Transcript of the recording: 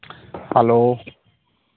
hello